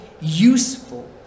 useful